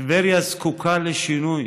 טבריה זקוקה לשינוי,